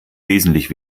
wesentlich